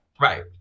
Right